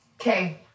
Okay